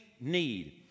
need